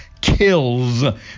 kills